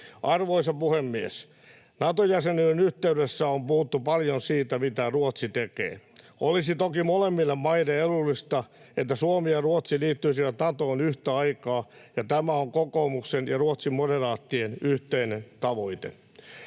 Arvoisa puhemies! Nato-jäsenyyden yhteydessä on puhuttu paljon siitä, mitä Ruotsi tekee. Olisi toki molemmille maille edullista, että Suomi ja Ruotsi liittyisivät Natoon yhtä aikaa, ja tämä on kokoomuksen ja Ruotsin moderaattien yhteinen tavoite.